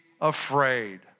afraid